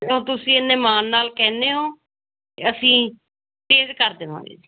ਅ ਤੁਸੀਂ ਇੰਨੇ ਮਾਣ ਨਾਲ ਕਹਿੰਦੇ ਹੋ ਅਸੀਂ ਚੇਂਜ ਕਰ ਦੇਵਾਂਗੇ ਜੀ